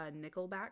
Nickelback